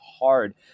hard